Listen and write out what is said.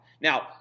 Now